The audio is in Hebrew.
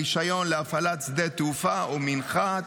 רישיון להפעלת שדה תעופה או מנחת,